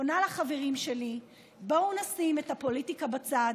פונה לחברים שלי: בואו נשים את הפוליטיקה בצד.